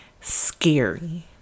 scary